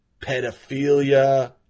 pedophilia